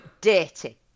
Dirty